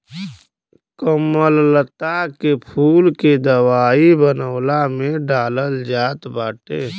कमललता के फूल के दवाई बनवला में डालल जात बाटे